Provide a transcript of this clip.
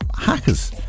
hackers